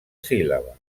síl·laba